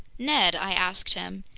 ned, i asked him,